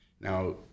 Now